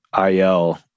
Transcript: IL